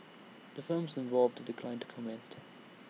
the firms involved declined to comment